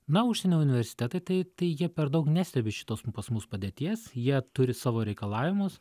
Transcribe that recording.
na užsienio universitetai tai tai jie per daug nestebi šitos pas mus padėties jie turi savo reikalavimus